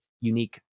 unique